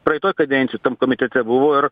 praeitoj kadencijoj tam komitete buvo ir